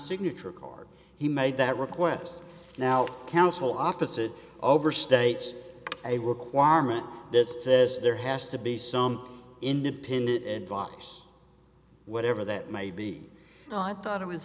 signature card he made that request now counsel opposite overstates a requirement that says there has to be some independent advice whatever that may be so i thought it was